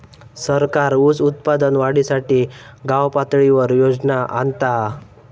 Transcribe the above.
सरकार ऊस उत्पादन वाढीसाठी गावपातळीवर योजना आणता हा